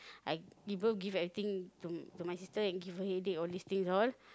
I even give everything to to my sister and give her headache all these things all